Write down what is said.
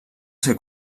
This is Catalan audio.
ser